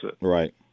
right